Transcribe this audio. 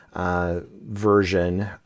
version